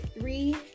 three